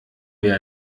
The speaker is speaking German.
wer